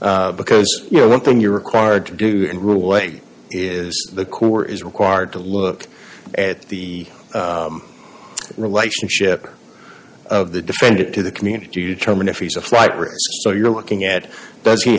n because you know one thing you're required to do and rule away is the core is required to look at the relationship of the defendant to the community to determine if he's a flight risk so you're looking at does he